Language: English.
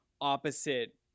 opposite